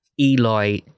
Eli